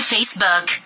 Facebook